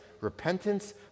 repentance